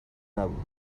نبود